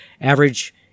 average